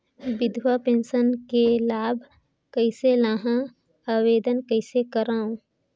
विधवा पेंशन के लाभ कइसे लहां? आवेदन कइसे करव?